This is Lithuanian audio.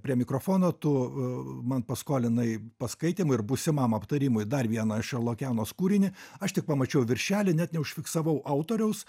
prie mikrofono tų man paskolinai paskaitymui ir būsimam aptarimui dar vieną šerlock janos kūrinį aš tik pamačiau viršelį net neužfiksavau autoriaus